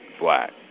black